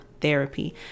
therapy